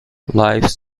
lifes